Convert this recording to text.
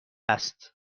است